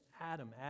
Adam